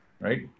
right